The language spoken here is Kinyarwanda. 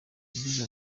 yagize